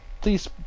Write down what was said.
please